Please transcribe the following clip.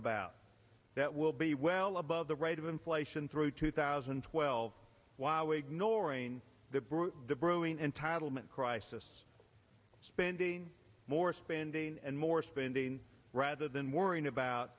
about that will be well above the rate of inflation through two thousand and twelve while ignoring the brew the brewing entitlement crisis spending more spending and more spending rather than worrying about